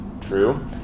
true